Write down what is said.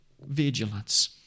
vigilance